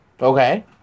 Okay